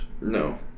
no